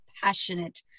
passionate